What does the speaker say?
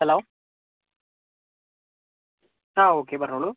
hello ആ okay പറഞ്ഞോളൂ